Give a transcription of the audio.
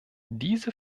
diese